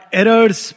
errors